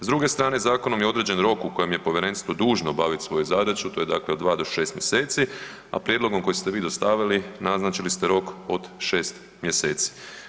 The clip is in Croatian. S druge strane zakonom je određen rok u kojem je povjerenstvo dužno obaviti svoju zadaću to je dakle od 2 do 6 mjeseci, a prijedlogom koji ste vi dostavili naznačili ste rok od 6 mjeseci.